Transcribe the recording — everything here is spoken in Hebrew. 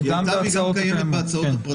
היא הייתה קיימת בכל ההצעות הפרטיות.